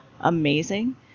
amazing